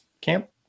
camp